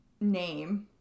name